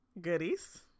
Goodies